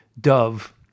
Dove